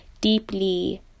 deeply